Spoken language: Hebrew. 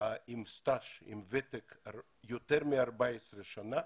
אחרי התמחות, עם ותק של יותר מ-14 שנים